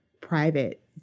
private